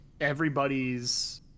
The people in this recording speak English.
everybody's